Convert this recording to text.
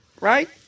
right